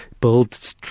build